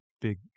big